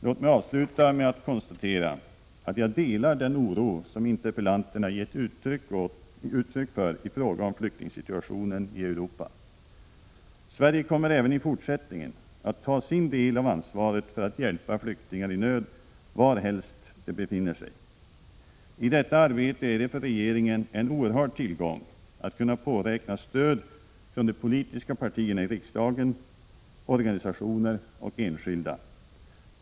Låt mig avsluta med att konstatera att jag delar den oro som interpellanterna gett uttryck för i fråga om flyktingsituationen i Europa. Sverige kommer även i fortsättningen att ta sin del av ansvaret för att hjälpa flyktingar i nöd varhelst de befinner sig. I detta arbete är det för regeringen en oerhörd tillgång att kunna påräkna stöd från de politiska partierna i riksdagen, organisationer och enskilda.